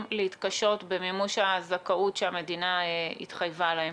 להתקשות במימוש הזכאות שהמדינה התחייבה להם.